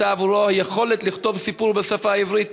עבורו היכולת לכתוב סיפור בשפה העברית.